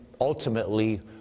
ultimately